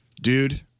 Dude